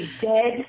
dead